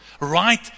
right